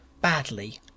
badly